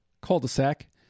Cul-de-sac